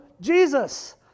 Jesus